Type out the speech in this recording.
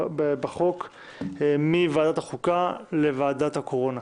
בחוק מוועדת החוקה לוועדת הקורונה.